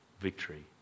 victory